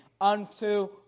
unto